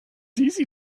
easy